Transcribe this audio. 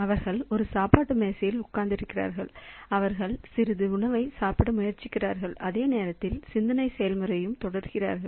அவர்கள் ஒரு சாப்பாட்டு மேசையில் உட்கார்ந்திருக்கிறார்கள் அவர்கள் சிறிது உணவை சாப்பிட முயற்சிக்கிறார்கள் அதே நேரத்தில் சிந்தனை செயல்முறையையும் தொடர்கிறார்கள்